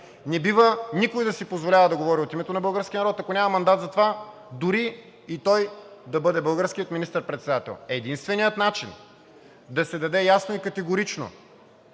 Не бива никой да си позволява да говори от името на българския народ, ако няма мандат за това, дори и той да бъде българският министър-председател. Единственият начин да се даде ясно и категорично